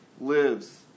lives